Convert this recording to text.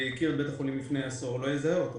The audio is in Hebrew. והכיר את בית החולים לפני עשור לא יזהה אותו.